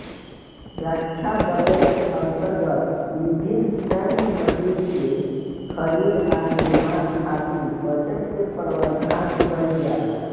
रक्षा budget के अंतर्गत विभिन्न सैन्य मशीन के खरीद आ निर्माण खातिर बजट के प्रावधान काईल जाला